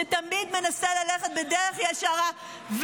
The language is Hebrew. שתמיד מנסה ללכת בדרך ישרה,